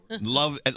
Love